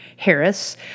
Harris